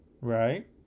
right